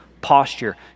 posture